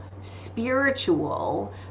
spiritual